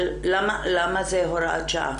למה זאת הוראת שעה?